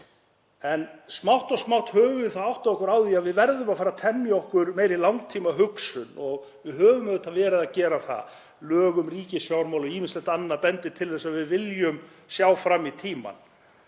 En smátt og smátt höfum við áttað okkur á því að við verðum að fara að temja okkur meiri langtímahugsun og við höfum auðvitað verið að gera það. Lög um ríkisfjármál og ýmislegt annað bendir til þess að við viljum sjá fram í tímann.